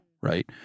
right